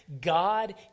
God